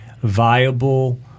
viable